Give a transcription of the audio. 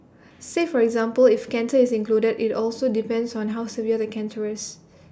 say for example if cancer is included IT also depends on how severe the cancer is